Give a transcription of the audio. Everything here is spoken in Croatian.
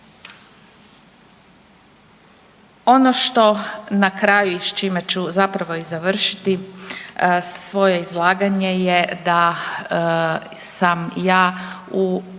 Ono što na kraju i s čime ću zapravo i završiti svoje izlaganje je da sam i ja u vremenu